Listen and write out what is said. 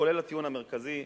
כולל הטיעון המרכזי,